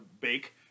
bake